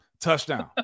Touchdown